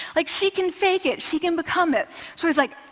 like, she can fake it, she can become it. so i was like,